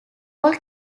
all